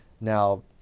now